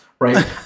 right